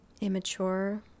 immature